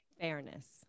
fairness